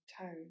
tone